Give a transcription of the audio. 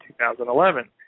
2011